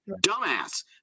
dumbass